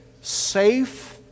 Safe